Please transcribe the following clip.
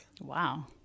Wow